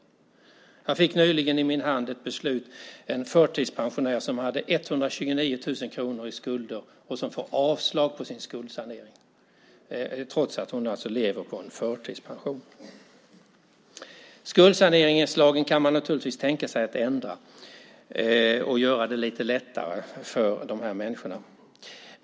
Jag fick nyligen i min hand ett beslut. Det var en förtidspensionär som hade 129 000 kronor i skulder och som får avslag på sin skuldsanering, trots att hon alltså lever på en förtidspension. Skuldsaneringslagen kan man naturligtvis tänka sig att ändra för att göra det lite lättare för de här människorna.